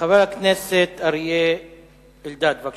חבר הכנסת אריה אלדד, בבקשה.